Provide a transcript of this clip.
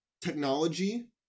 technology